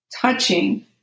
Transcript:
touching